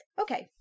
Okay